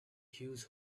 huge